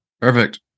perfect